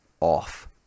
off